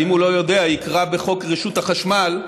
ואם הוא לא יודע יקרא בחוק רשות החשמל,